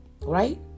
Right